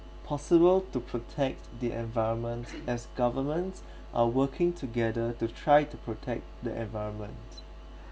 possible to protect the environment as governments are working together to try to protect the environment